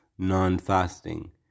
non-fasting